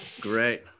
Great